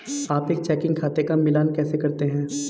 आप एक चेकिंग खाते का मिलान कैसे करते हैं?